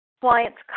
clients